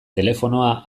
telefonoa